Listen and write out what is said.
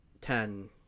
ten